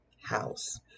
house